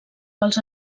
pels